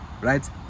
right